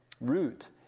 root